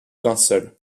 linceul